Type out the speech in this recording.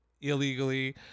illegally